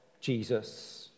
Jesus